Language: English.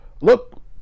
Look